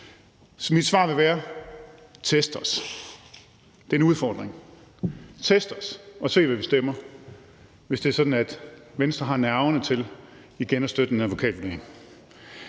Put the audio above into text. Mit svar vil være: Test os. Det er en udfordring. Test os, og se, hvad vi stemmer, hvis det er sådan, at Venstre har nerverne til igen at støtte en advokatvurdering.